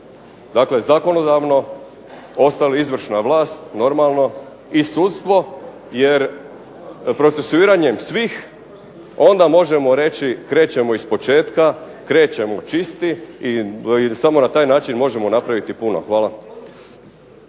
dakle zakonodavno, ostali izvršna vlast normalno, i sudstvo jer procesuiranjem svih onda možemo reći krećemo ispočetka, krećemo čisti, i samo na taj način možemo napraviti puno. Hvala.